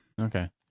Okay